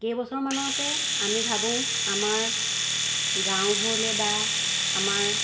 কেইবছৰমানতে আমি ভাবোঁ আমাৰ গাঁৱবোৰলৈ বা আমাৰ